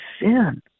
sin